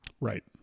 right